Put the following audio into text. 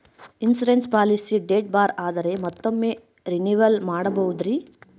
Insurance policy date ಬಾರ್ ಆದರೆ ಮತ್ತೊಮ್ಮೆ ರಿನಿವಲ್ ಮಾಡಬಹುದ್ರಿ?